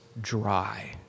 dry